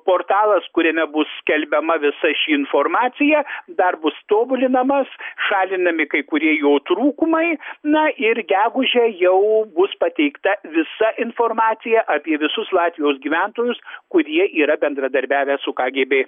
portalas kuriame bus skelbiama visa ši informacija dar bus tobulinamas šalinami kai kurie jo trūkumai na ir gegužę jau bus pateikta visa informacija apie visus latvijos gyventojus kurie yra bendradarbiavę su kagėbė